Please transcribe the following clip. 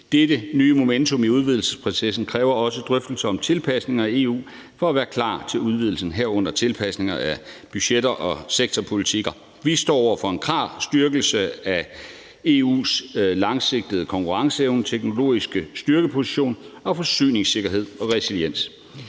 Dette nye momentum i udvidelsesprocessen kræver også drøftelser om tilpasninger af EU for at være klar til udvidelsen, herunder tilpasninger af budgetter og sektorpolitikker. Vi står over for en klar styrkelse af EU's langsigtede konkurrenceevne og teknologiske styrkeposition, forsyningssikkerhed og resiliens.